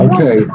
Okay